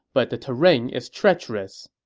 but the terrain is treacherous.